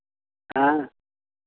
हाँ